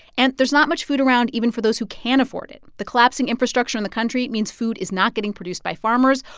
and there's not much food around even for those who can afford it. the collapsing infrastructure in the country means food is not getting produced by farmers,